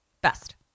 best